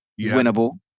winnable